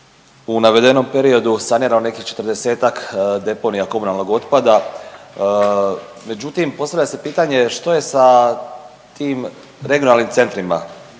u navedenom periodu sanirano nekih 40-ak deponija komunalnog otpada, međutim postavlja se pitanje što je sa tim regionalnim centrima